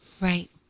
right